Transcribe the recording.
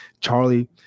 Charlie